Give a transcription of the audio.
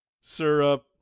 syrup